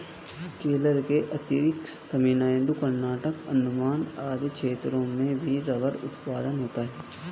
केरल के अतिरिक्त तमिलनाडु, कर्नाटक, अण्डमान आदि क्षेत्रों में भी रबर उत्पादन होता है